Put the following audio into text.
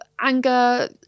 anger